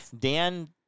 Dan